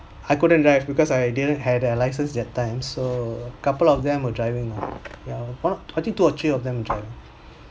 I couldn't drive because I didn't had a license that times so a couple of them were driving lah I think two or three of them drive